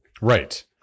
Right